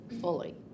fully